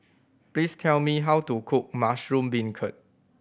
please tell me how to cook mushroom beancurd